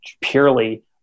purely